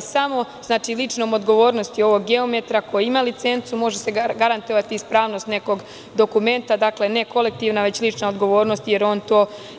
Samo ličnom odgovornošću ovog geometra koji ima licencu može se garantovati ispravnost nekog dokumenta, dakle, ne kolektivna već lična odgovornost,